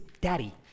daddy